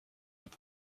but